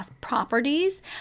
properties